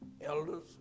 Elders